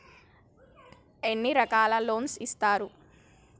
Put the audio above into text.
ఎన్ని రకాల లోన్స్ ఇస్తరు?